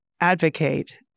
advocate